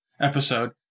episode